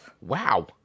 Wow